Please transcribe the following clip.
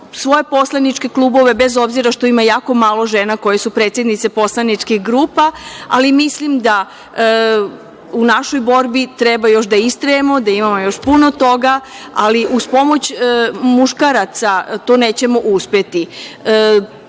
svoje poslaničke klubove, bez obzira što ima jako malo žena koje su predsednice poslaničkih grupa, ali mislim da u našoj borbi treba još da istrajemo, da imamo još puno toga, ali uz pomoć muškaraca to nećemo uspeti. Problem